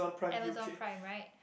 Amazon Prime right